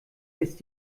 ist